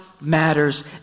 matters